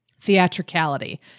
theatricality